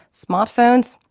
smartphones,